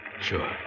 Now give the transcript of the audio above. Sure